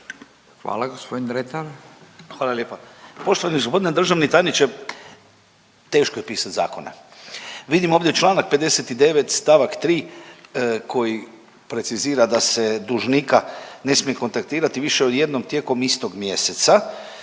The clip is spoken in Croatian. Davor (DP)** Hvala lijepo. Poštovani g. državni tajniče. Teško je pisati zakone. Vidimo ovdje čl. 59 st. 3 koji precizira da se dužnika ne smije kontaktirati više od jednom tijekom istog mjeseca,